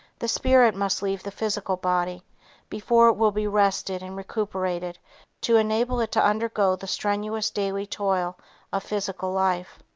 the spirit must leave the physical body before it will be rested and recuperated to enable it to undergo the strenuous daily toil of physical life.